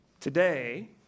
today